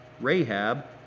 Rahab